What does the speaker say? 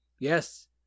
Yes